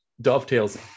dovetails-